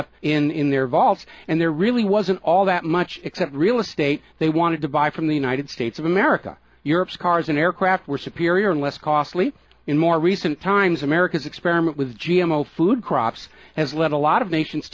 up in their vaults and there really wasn't all that much except real estate they wanted to buy from the united states of america europe's cars an aircraft were superior and less costly in more recent times america's experiment with g m o food crops has led a lot of nations